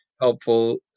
helpful